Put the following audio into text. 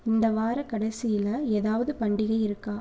இந்த வாரக் கடைசியில ஏதாவது பண்டிகை இருக்கா